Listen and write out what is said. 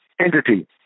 entity